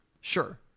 Sure